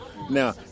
Now